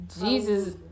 Jesus